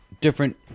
different